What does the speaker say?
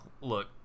Look